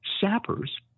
sappers